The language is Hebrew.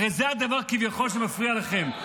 הרי זה הדבר, כביכול, שמפריע לכם.